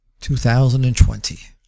2020